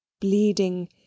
bleeding